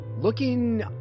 looking